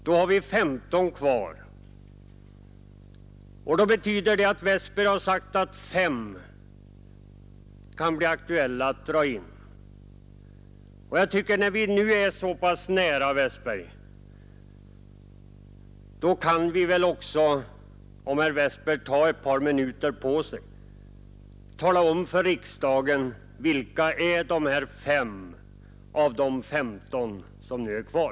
Då har vi femton kvar, och det betyder att herr Westberg har sagt att möjligen fem distrikt kan bli aktuella att dra in. När vi nu har kommit så pass nära tycker jag att herr Westberg i Ljusdal kan ta ett par minuter på sig för att tala om för riksdagen vilka de här fem är av de femton som nu är kvar.